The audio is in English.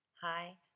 Hi